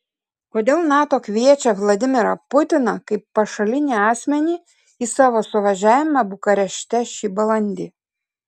kodėl nato kviečia vladimirą putiną kaip pašalinį asmenį į savo suvažiavimą bukarešte šį balandį